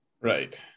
Right